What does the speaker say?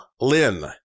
Lin